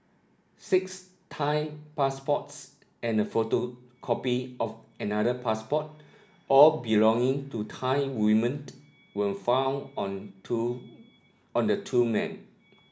Six Thai passports and a photocopy of another passport all belonging to Thai women were found on two on the two men